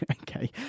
Okay